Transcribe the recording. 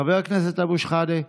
חבר הכנסת אבו שחאדה,